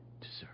deserve